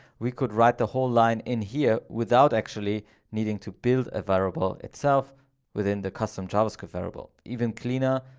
we could write the whole line in here without actually needing to build a variable itself within the custom javascript variable, even cleaner,